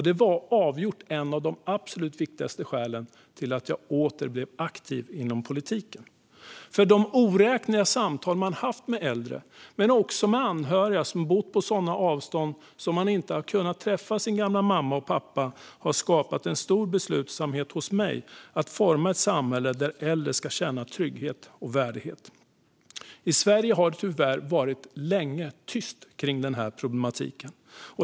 Det var avgjort ett av de absolut viktigaste skälen till att jag åter blev aktiv inom politiken. De oräkneliga samtal jag haft med äldre men också med anhöriga som bott på sådana avstånd att de inte har kunnat träffa sin gamla mamma och pappa har skapat en stor beslutsamhet hos mig att forma ett samhälle där äldre ska känna trygghet och värdighet. I Sverige har det tyvärr länge varit tyst kring den problematiken.